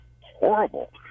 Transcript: horrible